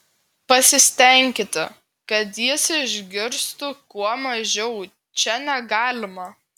pasistenkite kad jis išgirstų kuo mažiau čia negalima